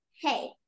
hey